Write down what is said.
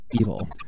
Evil